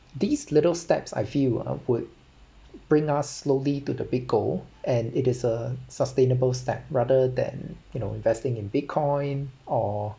these little steps I feel ah would bring us slowly to the big goal and it is a sustainable step rather than you know investing in bitcoin or